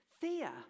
Fear